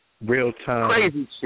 real-time